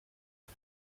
for